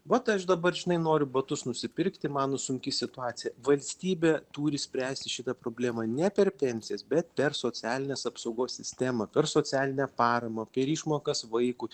vat aš dabar žinai noriu batus nusipirkti man sunki situacija valstybė turi spręsti šitą problemą ne per pensijas bet per socialinės apsaugos sistemą per socialinę paramą per išmokas vaikui